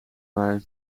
mij